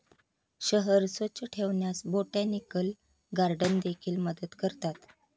शहर स्वच्छ ठेवण्यास बोटॅनिकल गार्डन देखील मदत करतात